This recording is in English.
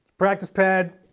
practice pad,